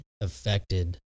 affected